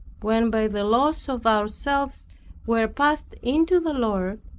when by the loss of ourselves we are passed into the lord,